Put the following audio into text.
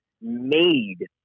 made